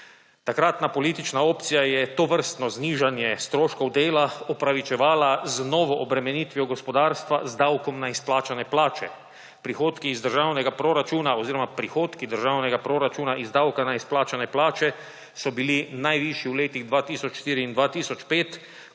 Takratna politična opcija je tovrstno znižanje stroškov dela opravičevala z novo obremenitvijo gospodarstva z davkom na izplačane plače. Prihodki iz državnega proračuna oziroma prihodki državnega proračuna iz davka na izplačane plače so bili najvišji v letih 2004 in 2005,